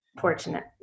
fortunate